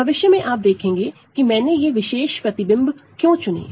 तो भविष्य में आप देखेंगे कि मैंने ये विशेष इमेज क्यों चुने